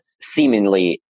seemingly